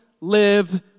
live